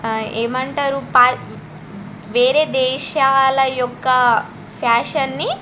ఏమంటారు వేరే దేశాల యొక్క ఫ్యాషన్ని